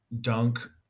dunk